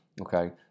okay